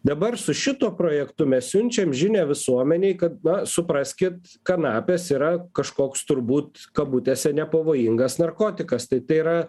dabar su šituo projektu mes siunčiam žinią visuomenei kad na supraskit kanapės yra kažkoks turbūt kabutėse nepavojingas narkotikas tai tai yra